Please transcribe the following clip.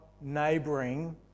neighbouring